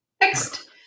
Next